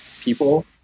people